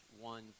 one